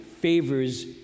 favors